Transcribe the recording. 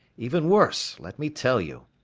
even worse. let me tell you.